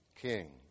king